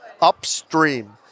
Upstream